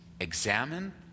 examine